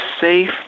safe